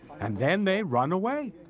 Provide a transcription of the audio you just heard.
and then they run away.